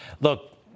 Look